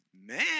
Man